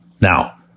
Now